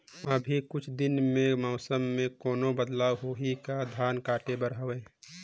अभी कुछ दिन मे मौसम मे कोनो बदलाव होही का? धान काटे बर हवय?